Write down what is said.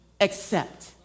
accept